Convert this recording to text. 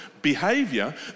behavior